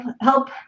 help